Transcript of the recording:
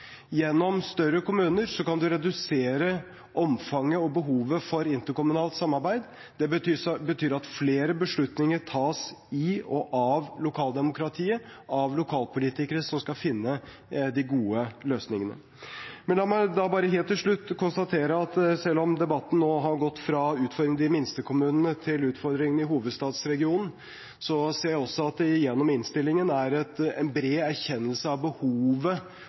Gjennom større kommuner kan man redusere omfanget av og behovet for interkommunalt samarbeid. Det betyr at flere beslutninger tas i og av lokaldemokratiet, av lokalpolitikere som skal finne de gode løsningene. La meg helt til slutt konstatere at selv om debatten nå har gått fra å handle om utfordringene i de minste kommunene til utfordringene i hovedstadsregionen, ser jeg også at det gjennom innstillingen er en bred erkjennelse av behovet